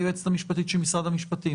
היועץ המשפטי של הוועדה,